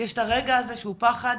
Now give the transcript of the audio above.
יש את הרגע הזה שהוא פחד,